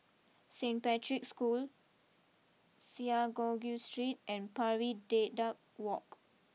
Saint Patrick School Synagogue Street and Pari Dedap walk